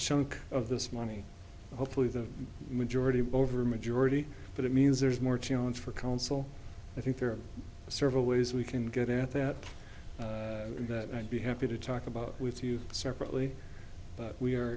chunk of this money hopefully the majority over majority but it means there's more challenge for council i think there are several ways we can get at that that i'd be happy to talk about with you separately but we are